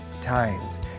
times